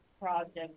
project